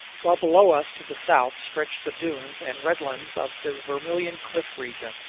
while below us to the south stretch the dunes and red-lands of the vermilion cliff region,